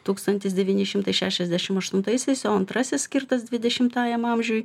tūkstantis devyni šimtai šešiasdešim aštuntaisiais o antrasis skirtas dvidešimtajam amžiui